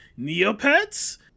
Neopets